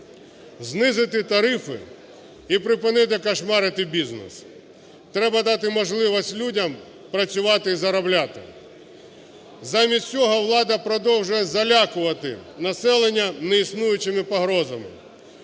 знизити тарифи і припинити кошмарити бізнес. Треба дати можливість людям працювати і заробляти. Замість цього влада продовжує залякувати населення неіснуючими погрозами.